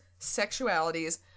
sexualities